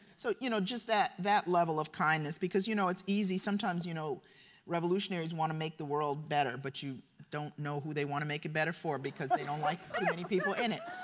so you know just that that level of kindness. because you know it's easy, sometimes you know revolutionaries want to make the world better but you don't know who they want to make it better for because they don't like too ah yeah many people in it.